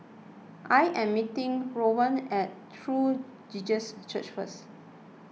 I am meeting Rowan at True Jesus Church first